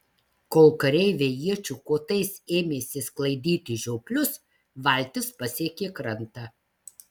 kol kareiviai iečių kotais ėmėsi sklaidyti žioplius valtis pasiekė krantą